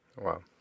Wow